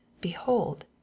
behold